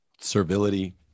servility